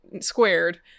squared